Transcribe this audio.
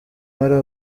matter